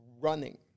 running